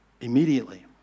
immediately